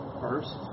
first